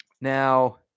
Now